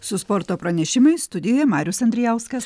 su sporto pranešimais studijoje marius andrijauskas